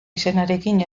izenarekin